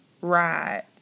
Ride